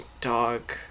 dog